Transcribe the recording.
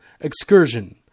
Excursion